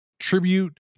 tribute